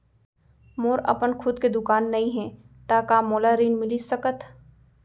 मोर अपन खुद के दुकान नई हे त का मोला ऋण मिलिस सकत?